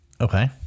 Okay